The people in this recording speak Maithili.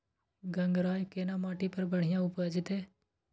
गंगराय केना माटी पर बढ़िया उपजते?